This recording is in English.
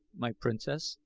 my princess,